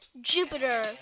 Jupiter